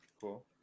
Cool